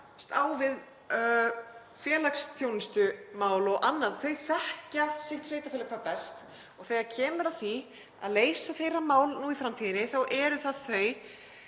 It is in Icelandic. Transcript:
á við félagsþjónustumál og annað, þau þekkja sitt sveitarfélag hvað best. Þegar kemur að því að leysa þeirra mál nú og í framtíðinni þá eru það þau